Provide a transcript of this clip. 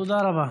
תודה רבה.